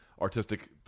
artistic